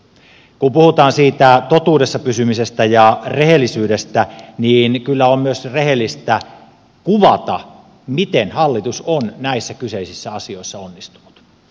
kun puhutaan siitä totuudessa pysymisestä ja rehellisyydestä niin kyllä on myös rehellistä kuvata miten hallitus on näissä kyseisissä asioissa onnistunut